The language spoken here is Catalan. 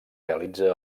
realitza